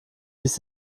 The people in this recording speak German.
ließ